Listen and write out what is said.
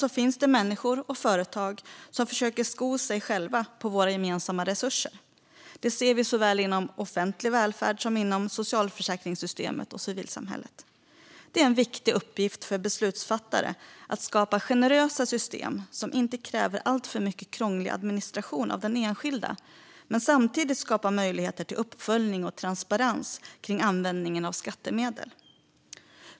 Tyvärr finns det människor och företag som försöker sko sig själva på våra gemensamma resurser. Det ser vi såväl inom offentlig välfärd som inom socialförsäkringssystemet och civilsamhället. Det är en viktig uppgift för beslutsfattare att skapa generösa system som inte kräver alltför mycket krånglig administration av den enskilde men som samtidigt skapar möjligheter till uppföljning och transparens kring användningen av skattemedel.